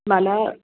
मला